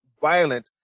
violent